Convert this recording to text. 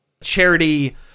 charity